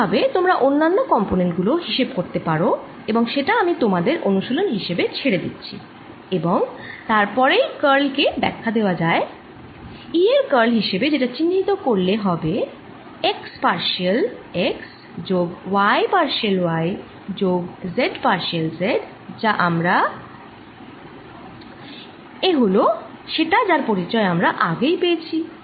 একইভাবে তোমরা অন্যান্য কম্পনেন্ট গুলো হিসেব করতে পারো এবং সেটা আমি তোমাদের অনুশীলন হিসেবে ছেড়ে দিচ্ছি এবং তারপরেই কার্ল কে ব্যাখ্যা দেওয়া যায় E এর কার্ল হিসেবে যেটা চিহ্নিত করলে হবে x পার্শিয়াল x যোগ y পার্শিয়াল y যোগ z পার্শিয়াল z যা আমরা এ হলো সেটা যার পরিচয় আমরা আগেই পেয়েছি